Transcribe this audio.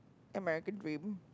American dream